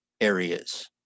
areas